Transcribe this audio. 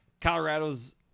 Colorado's